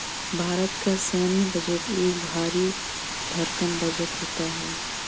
भारत का सैन्य बजट एक भरी भरकम बजट होता है